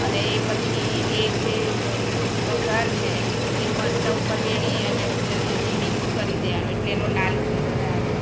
અને એ પછી એ જે વઘાર છે એ મરચાં ઉપર રેડી અને જલ્દી જલ્દી મીક્ષ કરી દેવાનું એટલે એનો લાલ કલર આવે